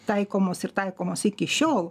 taikomos ir taikomos iki šiol